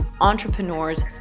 entrepreneurs